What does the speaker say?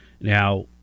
Now